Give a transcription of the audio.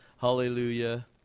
Hallelujah